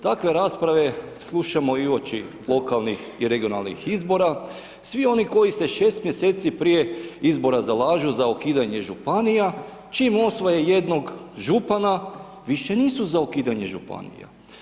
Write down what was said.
Takve rasprave slušamo i uoči lokalnih i regionalnih izbora, svi oni koji se 6 mjeseci prije izbora zalažu za ukidanje županija, čim osvoje jednog župana više nisu za ukidanje županija.